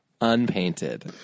unpainted